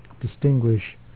distinguish